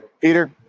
Peter